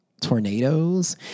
tornadoes